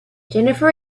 jennifer